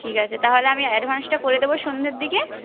ঠিক আছে তাহলে আমি অ্যাডভান্সটা করে দেব সন্ধ্যের দিকে